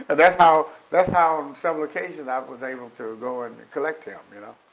and that's how that's how on several occasions i was able to go and collect him. you know